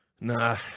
Nah